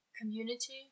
community